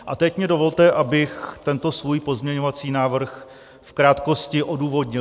A teď mně dovolte, abych tento svůj pozměňovací návrh v krátkosti odůvodnil.